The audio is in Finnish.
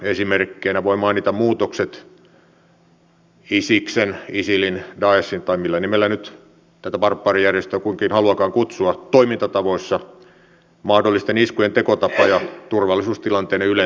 esimerkkeinä voin mainita muutokset isiksen isilin daeshin tai millä nimellä kukin tätä barbaarijärjestöä nyt haluaakaan kutsua toimintatavoissa mahdollisten iskujen tekotavan ja turvallisuustilanteen yleisen kehityksen